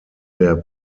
der